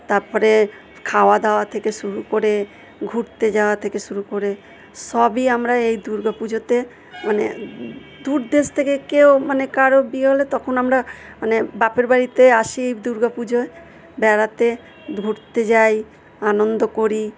তারপরে খাওয়াদাওয়া থেকে শুরু করে ঘুরতে যাওয়া থেকে শুরু করে সবই আমরা এই দুর্গা পুজোতে মানে দূর দেশ থেকে কেউ মানে কারো বিয়ে হলে তখন আমরা মানে বাপের বাড়িতে আসি দুর্গা পুজোয় বেড়াতে ঘুরতে যাই আনন্দ করি